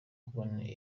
kubona